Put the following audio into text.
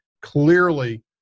clearly